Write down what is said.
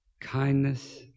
Kindness